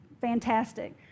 fantastic